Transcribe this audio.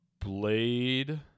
Blade